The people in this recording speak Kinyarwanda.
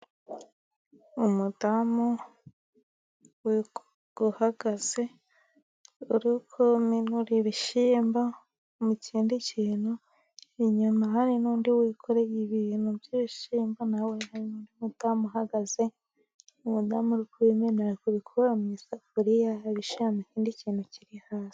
Umudamu uhagaze uri kuminura ibishyimbo mu kindi kintu. Inyuma hari n'undi wikoreye ibintu by'ibishyimbo, hari n'undi mudamu uhagaze, umudamu uri kubimena ari kubikura mu isafuriya, abishyira mu kindi kintu kiri hasi.